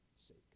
sake